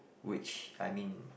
which I mean